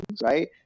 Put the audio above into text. right